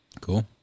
Cool